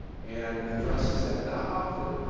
and addresses that, not often,